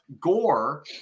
Gore